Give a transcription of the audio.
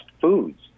foods